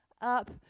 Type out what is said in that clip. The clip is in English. up